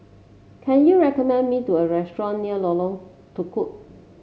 can you recommend me to a restaurant near Lorong Tukol